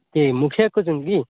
କିଏ ମୁଖିଆ କହୁଛନ୍ତି କି